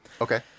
Okay